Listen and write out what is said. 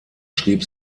schrieb